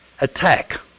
attack